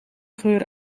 geur